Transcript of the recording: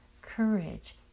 courage